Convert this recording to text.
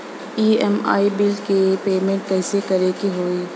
EMI bill के payment कइसे करे के होई?